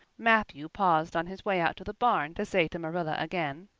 matthew paused on his way out to the barn to say to marilla again